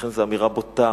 לכן זאת אמירה בוטה,